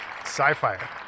Sci-fi